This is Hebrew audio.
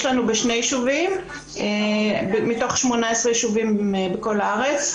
לנו בשני ישובים מתוך 18 ישובים בכל הארץ.